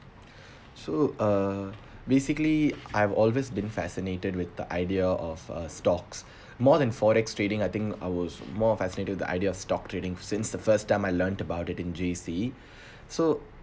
so uh basically I've always been fascinated with the idea of uh stocks more than forex trading I think I was more fascinated to idea of stock trading since the first time I learnt about it in J_C so